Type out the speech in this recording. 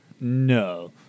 no